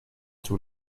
too